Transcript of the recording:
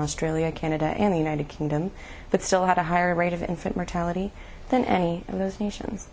australia canada and the united kingdom that still had a higher rate of infant mortality than any of those nations